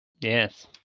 Yes